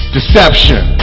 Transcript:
Deception